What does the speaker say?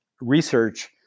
research